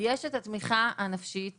יש את התמיכה הנפשית